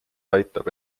aitab